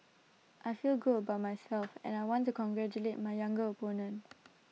I feel good about myself and I want to congratulate my younger opponent